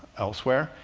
elsewhere.